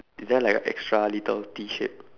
is there like a extra little T shape